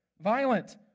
violent